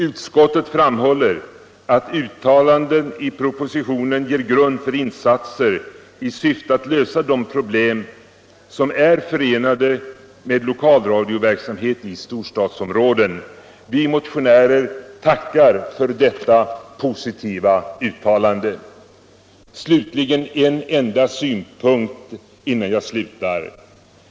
”Utskottet kan emellertid konstatera att uttalandena i propositionen ger grund för insatser i syfte att lösa de problem som är förenade med lokalradioverksamhet i storstadsområdena.” Vi motionärer tackar för detta positiva uttalande. Till sist bara ännu en synpunkt.